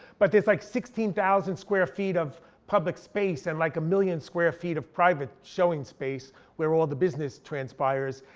but there's like sixteen thousand square feet of public space, and like a million square feet of private showing space where all the business transpires.